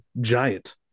giant